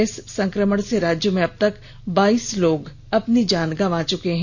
इस संकमण से राज्य में अबतक बाइस लोग अपनी जांन गवां चुके हैं